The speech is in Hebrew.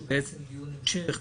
שהוא דיון המשך,